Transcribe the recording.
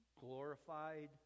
glorified